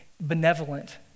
benevolent